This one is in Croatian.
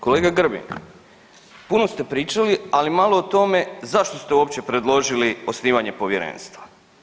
Kolega Grbin, puno ste pričali, ali malo o tome zašto ste uopće predložili osnivanje povjerenstva?